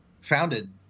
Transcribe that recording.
founded